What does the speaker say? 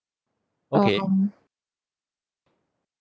okay